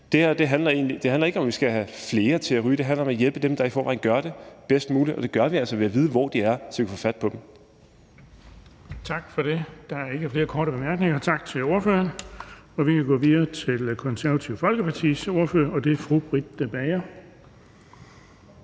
her handler ikke om, at vi skal have flere til at ryge – det handler om at hjælpe dem, der i forvejen gør det, bedst muligt, og det gør vi altså ved at vide, hvor de er, så vi kan få fat på dem. Kl. 16:32 Den fg. formand (Erling Bonnesen): Tak for det. Der er ikke flere korte bemærkninger. Tak til ordføreren. Så kan vi gå videre til Det Konservative Folkepartis ordfører, og det er fru Britt Bager.